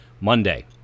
Monday